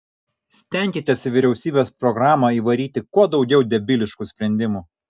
stenkitės į vyriausybės programą įvaryti kuo daugiau debiliškų sprendimų